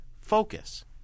focus